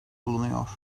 bulunuyor